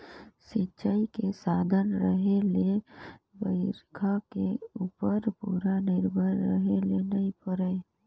सिंचई के साधन रहें ले बइरखा के उप्पर पूरा निरभर रहे ले नई परे